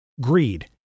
greed